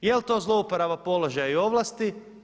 Je li to zlouporaba položaja i ovlasti?